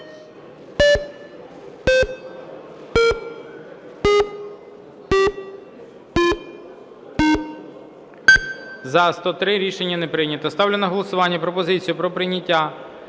За-103 Рішення не прийнято. Ставлю на голосування пропозицію про прийняття